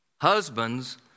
Husbands